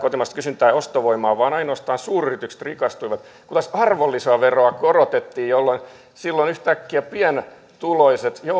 ja ostovoimaa vaan ainoastaan suuryritykset rikastuivat kun taas arvonlisäveroa korotettiin jolloin yhtäkkiä pienituloiset ne